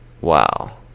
Wow